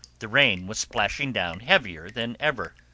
the rain was splashing down heavier than ever.